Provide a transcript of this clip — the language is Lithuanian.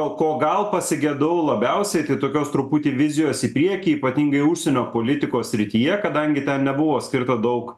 ko gal pasigedau labiausiai tai tokios truputį vizijos į priekį ypatingai užsienio politikos srityje kadangi ten nebuvo skirta daug